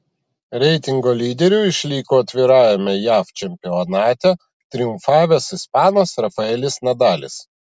reitingo lyderiu išliko atvirajame jav čempionate triumfavęs ispanas rafaelis nadalis